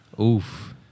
Oof